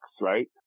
right